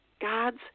God's